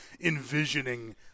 envisioning